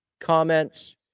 comments